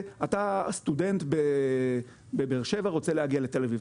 אתה סטודנט בבאר שבע שרוצה להגיע לתל אביב.